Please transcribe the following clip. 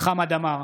חמד עמאר,